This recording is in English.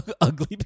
ugly